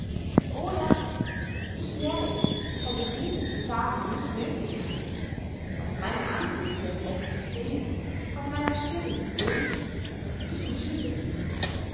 o ja ich närrinn hätte dieses zu sagen nicht nöthig gehabt aus meinem antlitze läßt sichs sehen auf meiner stirn lesen was ich im schilde führe